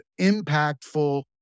impactful